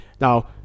Now